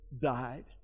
died